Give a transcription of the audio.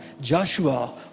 Joshua